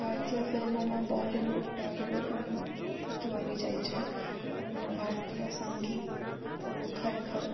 ભારતીય ફિલ્મોમાં બૉલીવુડ ટોલિવૂડ એમ બધું આવી જાય છે અને ભારતીય સંગીત ખરેખર